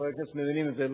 חברי הכנסת מבינים את זה,